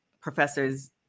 professors